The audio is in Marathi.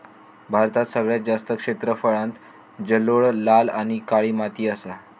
भारतात सगळ्यात जास्त क्षेत्रफळांत जलोळ, लाल आणि काळी माती असा